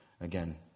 again